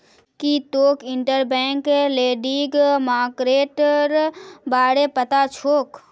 की तोक interbank lending मार्केटेर बारे पता छोक